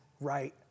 right